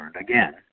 Again